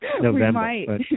November